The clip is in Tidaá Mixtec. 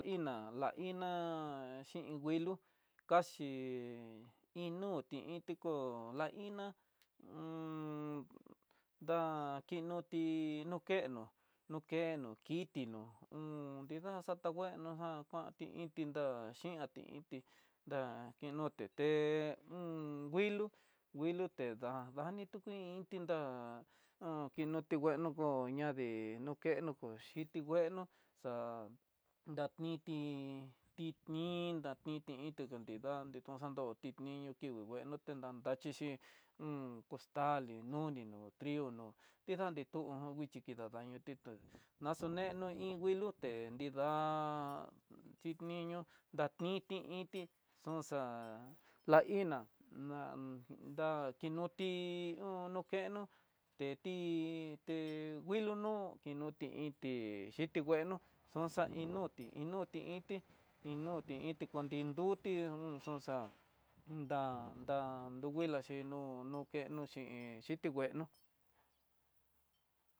Iná la iná xhin nguilo kinti kaxi inuti inti kó'o, la iná ndá kinuti nokeno nokeno kitino nridad xatangueno xa kuanti inti ndá, xhianti inti nda inoté té nguilo, nguilo tiná dani tu kuin ndá, un kinoti nguelo kó ñadé nukeno kóo xhiti ngueno xa ndaniti, tidni daniti inka ka nidandé, toxando tin niño ti ngueno te dan dachixhi. costali noni no trigo no kixandi tu'ú nguichi kidadañoti té naxodeno iin nguiloté nida'a chixniño ndaniti iti xoxa'a daina, na dá kinuti un keno tetí té nguilo nó kinoti inti xhiti nguenó xonxa inoti inoti inti inoti inti kondinduti un xunxa da- da no nguiloxi nu nukenoxhi he xbhiti nguenó.